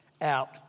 out